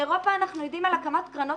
באירופה אנחנו יודעים על הקמת קרנות